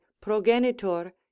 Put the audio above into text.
progenitor